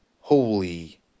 holy